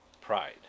pride